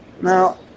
now